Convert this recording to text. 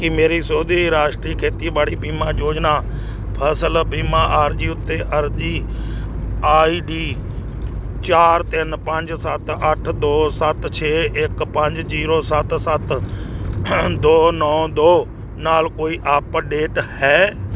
ਕੀ ਮੇਰੀ ਸੋਧੀ ਰਾਸ਼ਟਰੀ ਖੇਤੀਬਾੜੀ ਬੀਮਾ ਯੋਜਨਾ ਫਸਲ ਬੀਮਾ ਅਰਜ਼ੀ ਉੱਤੇ ਅਰਜ਼ੀ ਆਈਡੀ ਚਾਰ ਤਿੰਨ ਪੰਜ ਸੱਤ ਅੱਠ ਦੋ ਸੱਤ ਛੇ ਇੱਕ ਪੰਜ ਜੀਰੋ ਸੱਤ ਸੱਤ ਦੋ ਨੌ ਦੋ ਨਾਲ ਕੋਈ ਅੱਪਡੇਟ ਹੈ